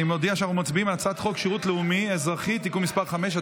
אני מודיע שאנחנו מצביעים על הצעת חוק שירות לאומי-אזרחי (תיקון מס' 5),